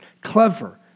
Clever